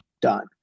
done